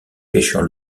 pêcheurs